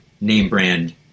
name-brand